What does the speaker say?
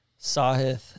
Sahith